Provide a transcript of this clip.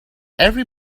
every